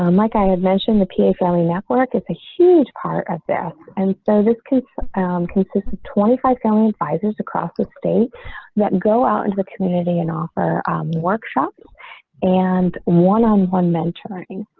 um like i had mentioned the ph le network. it's a huge part of that. and so this is um consistent twenty five going and sizes across the state that go out into the community and offer workshops and one on one mentoring.